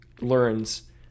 learns